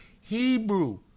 Hebrew